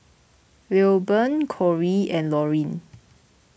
Lilburn Corrie and Laurene